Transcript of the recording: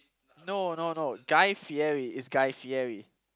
no no no guy-fieri it's guy-fieri